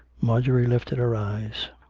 marjorie lifted her eyes.